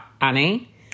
Annie